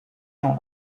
gens